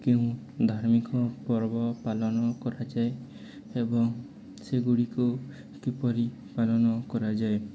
କେଉଁ ଧାର୍ମିକ ପର୍ବ ପାଳନ କରାଯାଏ ଏବଂ ସେଗୁଡ଼ିକୁ କିପରି ପାଳନ କରାଯାଏ